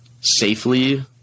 safely